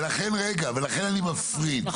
ולכן אני מפריד,